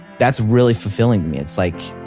that's really fulfilling to me. it's like,